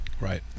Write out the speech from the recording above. Right